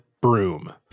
broom